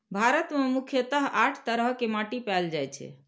भारत मे मुख्यतः आठ तरह के माटि पाएल जाए छै